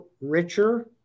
richer